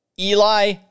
Eli